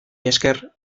esker